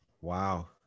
Wow